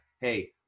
hey